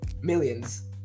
millions